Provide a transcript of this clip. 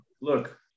Look